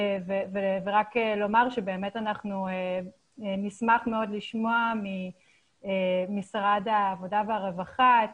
ורק לומר שבאמת אנחנו נשמח לשמוע ממשרד העבודה והרווחה את